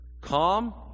calm